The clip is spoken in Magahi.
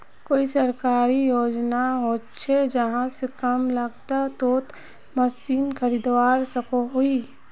कोई सरकारी योजना होचे जहा से कम लागत तोत मशीन खरीदवार सकोहो ही?